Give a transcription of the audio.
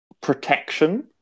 protection